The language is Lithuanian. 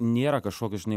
nėra kažkokio žinai